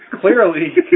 clearly